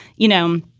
you know,